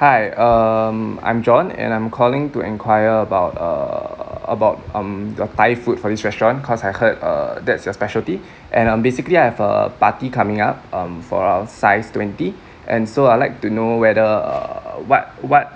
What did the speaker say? hi um I'm john and I'm calling to enquire about err about um your thai food for this restaurant because I heard err that's your specialty and um basically I have a party coming up um for our size twenty and so I'd like to know whether err what what